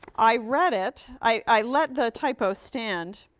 i read it. i let the typo stand.